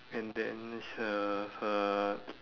and then her her